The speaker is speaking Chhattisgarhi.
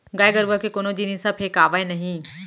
गाय गरूवा के कोनो जिनिस ह फेकावय नही